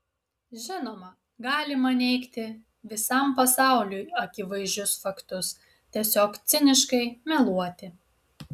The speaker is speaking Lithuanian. žinoma galima neigti visam pasauliui akivaizdžius faktus tiesiog ciniškai meluoti